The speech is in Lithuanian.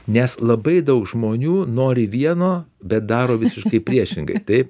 nes labai daug žmonių nori vieno bet daro visiškai priešingai taip